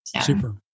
Super